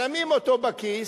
שמים אותו בכיס,